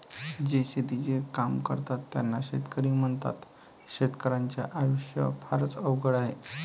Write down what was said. जे शेतीचे काम करतात त्यांना शेतकरी म्हणतात, शेतकर्याच्या आयुष्य फारच अवघड आहे